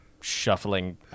shuffling